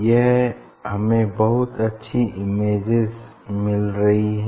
yes हमें बहुत अच्छी इमेजेज मिल रही हैं